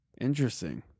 Interesting